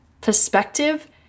perspective